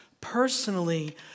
personally